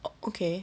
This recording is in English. okay